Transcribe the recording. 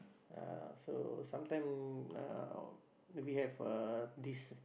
uh so sometime uh when we have uh this